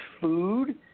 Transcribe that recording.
food